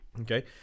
okay